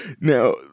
Now